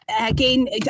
again